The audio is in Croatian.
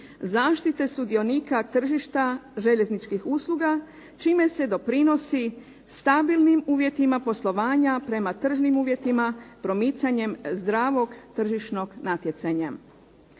zaštite sudionika tržišta željezničkih usluga čime se doprinosi stabilnim uvjetima poslovanja prema tržnim uvjetima promicanjem zdravog tržišnog natjecanja.